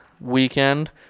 weekend